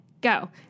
go